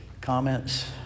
comments